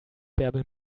bärbel